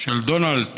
של דונלד טראמפ,